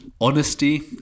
honesty